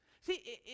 See